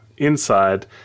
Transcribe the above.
inside